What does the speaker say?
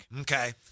Okay